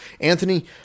Anthony